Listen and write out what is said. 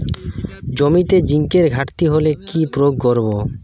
জমিতে জিঙ্কের ঘাটতি হলে কি প্রয়োগ করব?